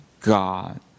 God